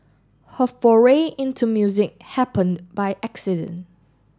her foray into music happened by accident